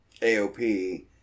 AOP